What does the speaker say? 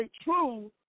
true